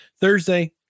Thursday